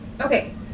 okay